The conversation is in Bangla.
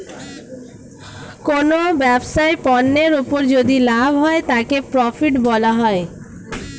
কোনো ব্যবসায় পণ্যের উপর যদি লাভ হয় তাকে প্রফিট বলা হয়